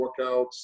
workouts